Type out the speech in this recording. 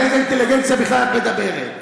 על איזו אינטליגנציה בכלל את מדברת?